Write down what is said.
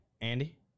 Andy